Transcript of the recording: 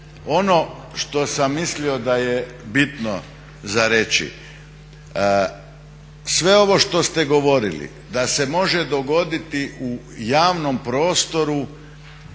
Ono što sam mislio da je bitno za reći, sve ovo što ste govorili da se može dogoditi u javnom prostoru